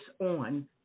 on